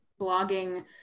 blogging